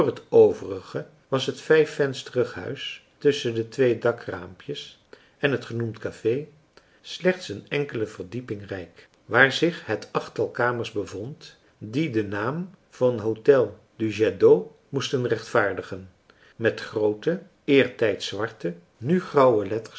overige was het vijfvensterig huis tusschen de twee dakraampjes en het genoemd café slechts een enkele verdieping rijk waar zich het achttal kamers bevond die den naam van hôtel du jet d'eau moesten rechtvaardigen met groote eertijds zwarte nu grauwe letters